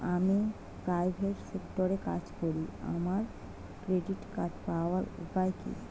আমি প্রাইভেট সেক্টরে কাজ করি আমার ক্রেডিট কার্ড পাওয়ার উপায় কি?